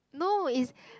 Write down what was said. no it's